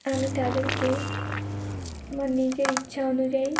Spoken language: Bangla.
আমি তাদেরকে আমার নিজের ইচ্ছা অনুযায়ী